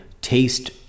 taste